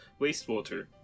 wastewater